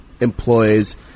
employs